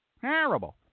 terrible